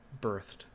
birthed